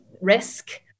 risk